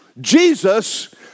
Jesus